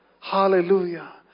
Hallelujah